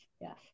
yes